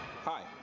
Hi